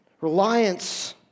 reliance